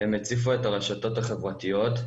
הם הציפו את הרשתות החברתיות,